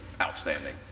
Outstanding